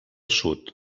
sud